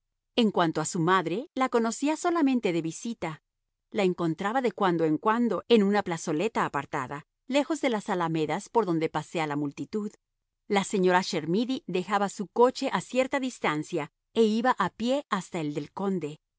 en cuanto a su madre la conocía solamente de vista la encontraba de cuando en cuando en una plazoleta apartada lejos de las alamedas por donde pasea la multitud la señora chermidy dejaba su coche a cierta distancia e iba a pie hasta el del conde